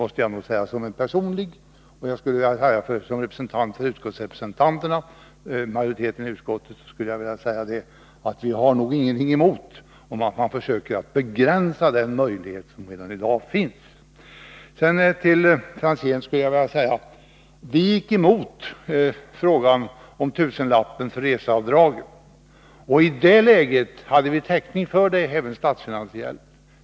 Detta säger jag som min personliga uppfattning, och som representant för utskottsmajoriteten vill jag säga att vi nog inte har någonting emot att man försöker begränsa den möjlighet som i dag finns i det här avseendet. Till Tommy Franzén skulle jag vilja säga att vi gick emot frågan om tusenlappen när det gäller reseavdraget, och i det läget hade vi täckning för vår ståndpunkt även statsfinansiellt.